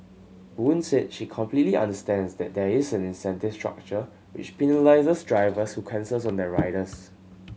boon said she completely understands that there is an incentive structure which penalises drivers who cancel on their riders